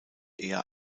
eher